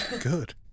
good